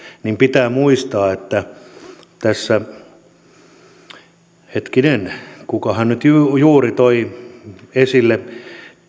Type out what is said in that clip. niin pitää muistaa että hetkinen kukahan nyt juuri toi esille